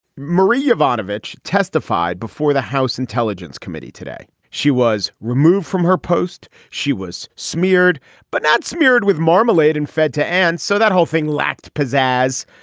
marie ivanovich testified before the house intelligence committee today. she was removed from her post. she was smeared but not smeared with marmalade and fed to and so that whole thing lacked pizzazz.